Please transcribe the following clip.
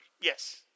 Yes